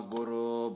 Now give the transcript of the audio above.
Guru